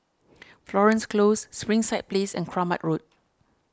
Florence Close Springside Place and Kramat Road